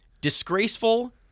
disgraceful